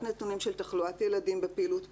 נתונים של תחלואת ילדים בפעילות פנים,